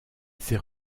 ses